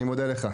אני מודה לך.